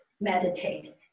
meditate